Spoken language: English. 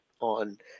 on